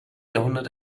jahrhundert